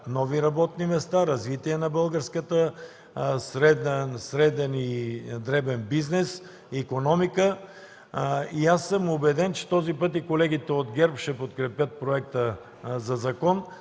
нови работни места, развитие на българския среден и дребен бизнес и икономика. Аз съм убеден, че този път и колегите от ГЕРБ ще подкрепят законопроекта, защото